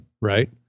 right